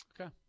Okay